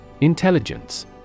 Intelligence